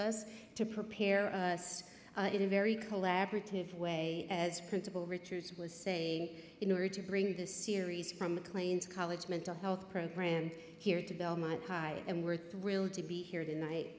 us to prepare us in a very collaborative way as principal richards was say in order to bring the series from maclean's college mental health program here to belmont high and we're thrilled to be here tonight